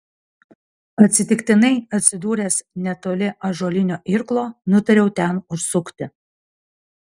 atsitiktinai atsidūręs netoli ąžuolinio irklo nutariau ten užsukti